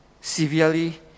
Severely